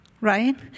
right